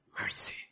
mercy